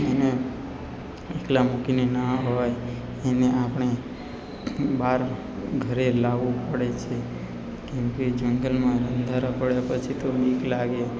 એને એકલા મૂકીને ન અવાય એને આપણે બાર ઘરે લાવવું પડે છે કેમકે જંગલમાં અંધારા પડ્યા પછી તો બીક લાગે